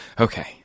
okay